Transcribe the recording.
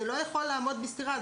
זה לא יכול לעמוד בסתירה,